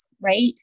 Right